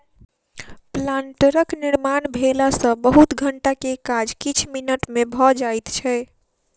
प्लांटरक निर्माण भेला सॅ बहुत घंटा के काज किछ मिनट मे भ जाइत छै